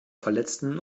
verletzten